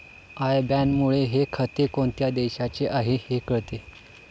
I बॅनमुळे हे खाते कोणत्या देशाचे आहे हे कळते